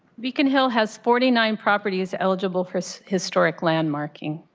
beacon hill has forty nine properties eligible for so historical land marking.